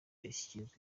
ishyikirizwa